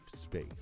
space